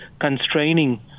constraining